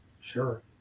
sure